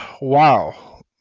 wow